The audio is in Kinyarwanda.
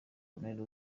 corneille